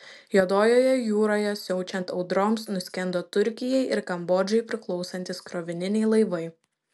juodojoje jūroje siaučiant audroms nuskendo turkijai ir kambodžai priklausantys krovininiai laivai